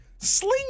Sling